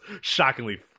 shockingly